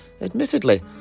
admittedly